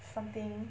something